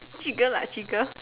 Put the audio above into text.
trigger lah trigger